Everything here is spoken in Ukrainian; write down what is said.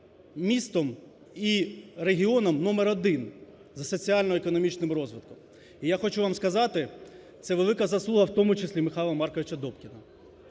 містом і регіоном номер один за соціально-економічним розвитком. І я хочу вам сказати, це велика заслуга в тому числі Михайла Марковича Добкіна.